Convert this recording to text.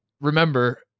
remember